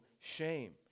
shame